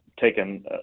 taken